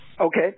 Okay